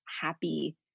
happy